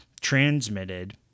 transmitted